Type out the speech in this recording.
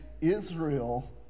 Israel